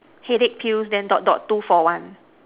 headache pills then dot dot two for one